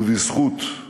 ובזכות.